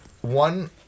One